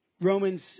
Romans